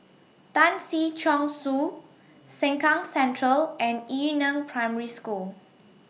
Tan Si Chong Su Sengkang Central and Yu Neng Primary School